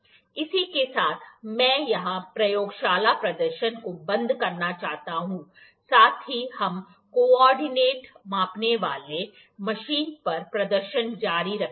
इसी के साथ मैं यहां प्रयोगशाला प्रदर्शन को बंद करना चाहता हूं साथ ही हम कोऑर्डिनेट मापने वाली मशीन पर प्रदर्शन जारी रखेंगे